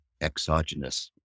exogenous